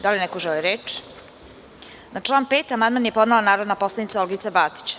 Da li neko želi reč? (Ne) Na član 5. amandman je podnela narodni poslanik Olgica Batić.